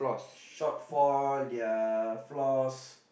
shortfall their flaws